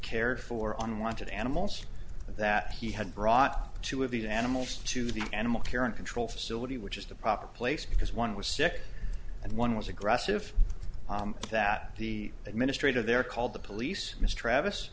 cared for unwanted animals that he had brought two of the animals to the animal care and control facility which is the proper place because one was sick and one was aggressive that the administrator there called the police mistr